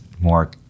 more